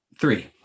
three